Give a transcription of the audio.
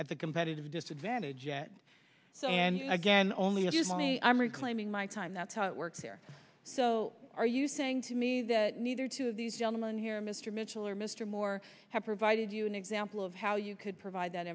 at the competitive disadvantage yet and again only as your money i'm reclaiming my time that's how it works here so are you saying to me that neither two of these element here mr mitchell or mr moore have provided you an example of how you could provide that